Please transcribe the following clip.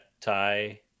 Thai